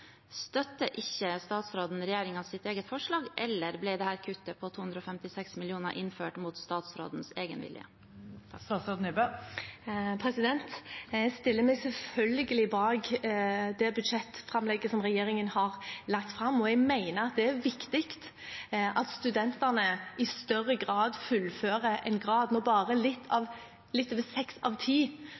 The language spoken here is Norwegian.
Støtter ikke statsråden regjeringens eget forslag, eller ble dette kuttet på 256 mill. kr innført mot statsrådens egen vilje? Jeg stiller meg selvfølgelig bak det budsjettframlegget som regjeringen har lagt fram, og jeg mener det er viktig at studentene i større grad fullfører en grad. Når bare litt over seks av ti